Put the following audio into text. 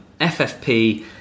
ffp